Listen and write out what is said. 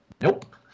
Nope